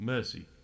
Mercy